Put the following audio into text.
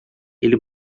ele